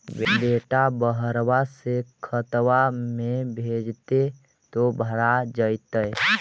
बेटा बहरबा से खतबा में भेजते तो भरा जैतय?